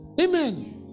Amen